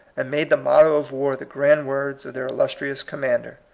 and made the motto of war the grand words of their illustri ous commander.